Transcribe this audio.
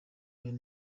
uyu